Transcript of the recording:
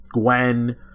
Gwen